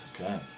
Okay